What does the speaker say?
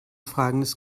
fragendes